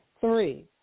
Three